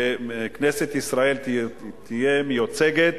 שכנסת ישראל תהיה מיוצגת